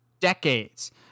decades